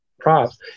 props